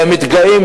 מתגאים,